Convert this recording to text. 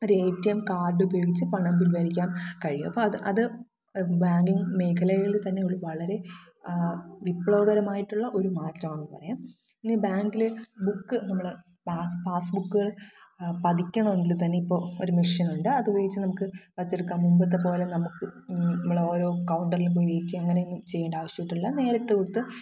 ഒരേറ്റിഎം കാഡുപയോഗിച്ച് പണം പിൻവലിയ്ക്കാം കഴിയും അപ്പം അത് ബാങ്കിങ് മേഖലകളിൽ തന്നെ ഒരു വളരെ വിപ്ലവകരമായിട്ടുള്ള ഒരു മാറ്റമാണെന്ന് പറയാം ഇനി ബാങ്ക്ൽ ബുക്ക് നമ്മൾ പാസ് പാസ് ബുക്ക്കൾ പതിയ്ക്കണോങ്കിൽ തന്നെ ഇപ്പോൾ ഒരു മിഷ്യൻ ഉണ്ട് അതുപയോഗിച്ച് നമുക്ക് പതിച്ചെടുക്കാം മുൻപത്തെ പോലെ നമുക്ക് നമ്മളോരോ കൗണ്ടറിലും പോയി വെയിറ്റ് ചെയ്യുക അങ്ങനെ ഒന്നും ചെയ്യണ്ട ആവശ്യമൊന്നുമില്ല നേരിട്ട് കൊടുത്ത്